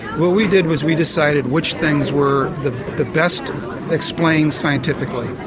what we did was we decided which things were the the best explained scientifically,